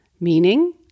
meaning